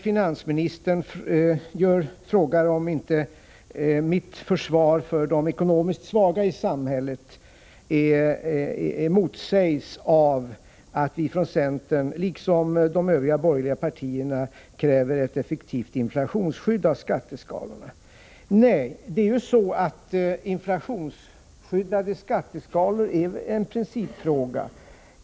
Finansministern frågade om inte mitt försvar för de ekonomiskt svaga i samhället motsägs av att centern liksom de övriga borgerliga partierna kräver ett effektivt inflationsskydd av skatteskalorna. Nej, inflationsskyddade skatteskalor är en principfråga.